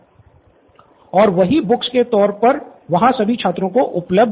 student Siddharth और वही books के तौर पर वहाँ सभी छात्रों को उपलब्ध होंगी